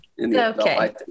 Okay